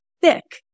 thick